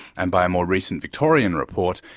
and by a more recent victorian report,